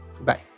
Bye